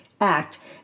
Act